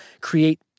Create